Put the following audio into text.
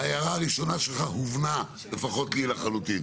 ההערה הראשונה שלך הובנה, לפחות לי, לחלוטין.